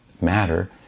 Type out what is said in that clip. Matter